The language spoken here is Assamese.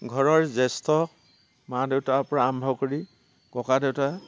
ঘৰৰ জ্যেষ্ঠ মা দেউতাৰ পৰা আৰম্ভ কৰি ককাদেউতা